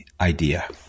idea